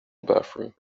bathroom